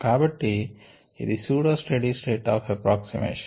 కాబట్టి ఇది pseudo steady state of approximation